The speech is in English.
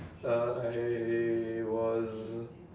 uh I was